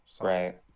Right